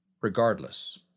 Regardless